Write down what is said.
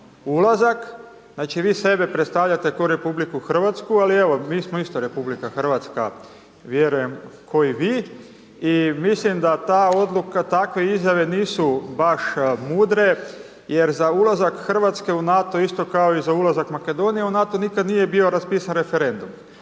ulazak, znači, vi sebe predstavljate ko RH, ali evo, mi smo isto RH, vjerujem ko i vi i mislim da ta odluka, takve izjave nisu baš mudre jer za ulazak RH u NATO isto kao i za ulazak Makedonije u NATO nikad nije bio raspisan referendum,